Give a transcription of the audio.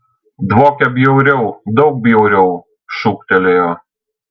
dvokia bjauriau daug bjauriau šūktelėjo